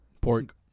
Pork